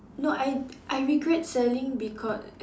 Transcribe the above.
no I I regret selling because